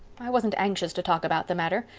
i wasn't anxious to talk about the matter.